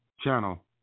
channel